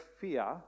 fear